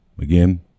Again